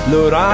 Lord